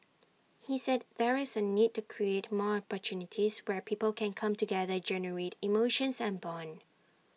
he said there is A need to create more opportunities where people can come together generate emotions and Bond